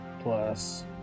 plus